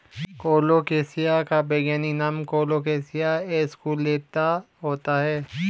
colocasia का वैज्ञानिक नाम कोलोकेशिया एस्कुलेंता होता है